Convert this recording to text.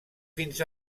fins